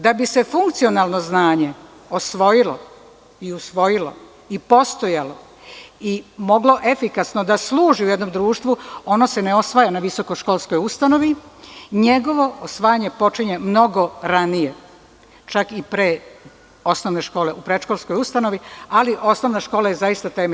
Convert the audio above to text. Da bi se funkcionalno znanje osvojilo i usvojilo i postojalo i moglo efikasno da služi u jednom društvu, ono se ne osvaja na visokoškolskoj ustanovi, njegovo osvajanje počinje mnogo ranije, čak i pre osnovne škole u predškolskoj ustanovi, ali osnovna škola je zaista temelj.